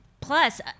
Plus